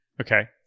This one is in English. Okay